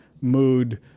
mood